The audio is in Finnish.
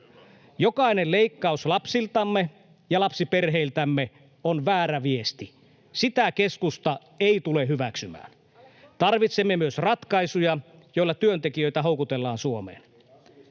Jokainen leikkaus lapsiltamme ja lapsiperheiltämme on väärä viesti. Sitä keskusta ei tule hyväksymään. Tarvitsemme myös ratkaisuja, joilla työntekijöitä houkutellaan Suomeen.